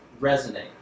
resonate